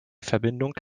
verbindung